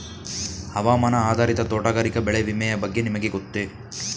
ಹವಾಮಾನ ಆಧಾರಿತ ತೋಟಗಾರಿಕೆ ಬೆಳೆ ವಿಮೆಯ ಬಗ್ಗೆ ನಿಮಗೆ ಗೊತ್ತೇ?